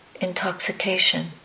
intoxication